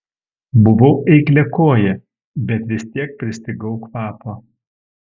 buvau eikliakojė bet vis tiek pristigau kvapo